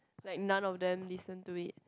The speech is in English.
like in non of them listen to it